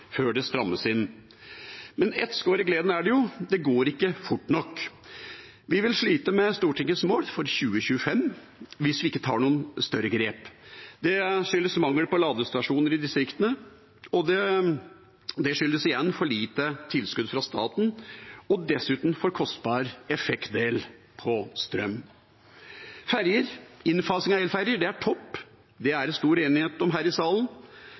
før det strammes inn. Men ett skår i gleden er det jo; det går ikke fort nok. Vi vil slite med Stortingets mål for 2025 hvis vi ikke tar noen større grep. Det skyldes mangel på ladestasjoner i distriktene, og det skyldes igjen for lite tilskudd fra staten og dessuten for kostbar effektdel på strøm. Innfasing av elferger er topp, det er det stor enighet om her i salen,